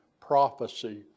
prophecy